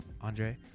andre